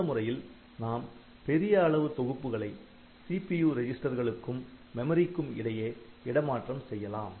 இந்த முறையில் நாம் பெரிய அளவு தொகுப்புகளை CPU ரெஜிஸ்டர்களுக்கும் மெமரிக்கும் இடையே இடமாற்றம் செய்யலாம்